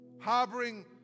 harboring